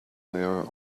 there